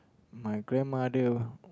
my grandmother